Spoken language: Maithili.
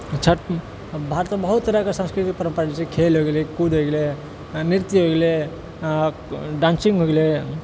छठि भारतमे बहुत तरहकेँ संस्कृति परम्परा जैसे खेल होइत गेलै कूद होए गेलै नृत्य होए गेलै डांसिंग होइ गेलै